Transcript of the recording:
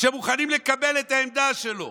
שמוכנים לקבל את העמדה שלו,